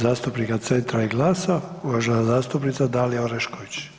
zastupnika Centra i GLAS-a uvažena zastupnica Dalija Orešković.